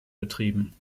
betrieben